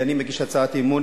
אני מגיש הצעת אי-אמון,